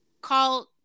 call